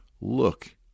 look